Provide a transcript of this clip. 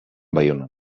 baionan